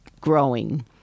growing